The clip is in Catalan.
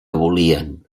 volien